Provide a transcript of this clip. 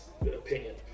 opinion